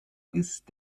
ist